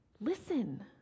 listen